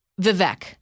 Vivek